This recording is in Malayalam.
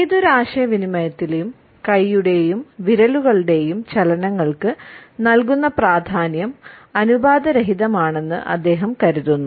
ഏതൊരു ആശയവിനിമയത്തിലും കൈയുടെയും വിരലുകളുടെയും ചലനങ്ങൾക്ക് നൽകുന്ന പ്രാധാന്യം അനുപാതരഹിതമാണെന്ന് അദ്ദേഹം കരുതുന്നു